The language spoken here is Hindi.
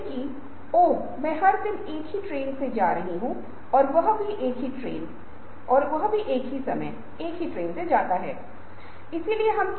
हम वास्तव में नहीं जानते हैं इस अर्थ में हम देखते हैं कि एकमात्र वास्तविकता जो मौजूद है वह स्क्रीन की सतह है और इससे परे कुछ भी नहीं है